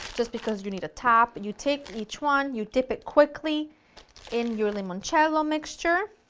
just because you need a top, you take each one, you dip it quickly in your limoncello mixture,